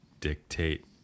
dictate